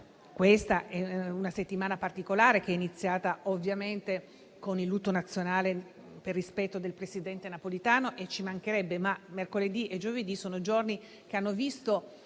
Questa è una settimana particolare, che è iniziata ovviamente con il lutto nazionale per rispetto del presidente Napolitano - e ci mancherebbe - ma mercoledì e giovedì sono giorni che hanno visto